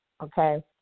okay